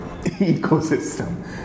ecosystem